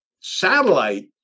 Satellite